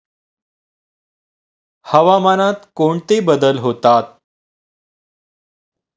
हवामानात कोणते बदल होतात?